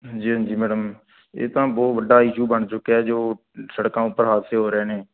ਹਾਂਜੀ ਹਾਂਜੀ ਮੈਡਮ ਇਹ ਤਾਂ ਬਹੁਤ ਵੱਡਾ ਇਸ਼ੂ ਬਣ ਚੁੱਕਿਆ ਜੋ ਸੜਕਾਂ ਉੱਪਰ ਹਾਦਸੇ ਹੋ ਰਹੇ ਨੇ